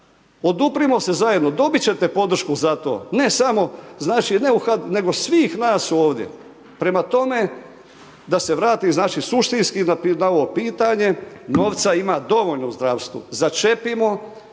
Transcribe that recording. Oduprimo se zajedno, dobiti ćete podršku za to, ne samo, nego svih nas ovdje. Prema tome, da se vrati naši suštinski na ovo pitanje, novca ima dovoljno u zdravstvu, začepimo